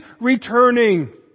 returning